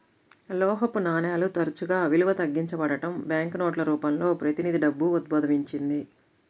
లోహపు నాణేలు తరచుగా విలువ తగ్గించబడటం, బ్యాంకు నోట్ల రూపంలో ప్రతినిధి డబ్బు ఉద్భవించింది